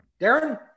Darren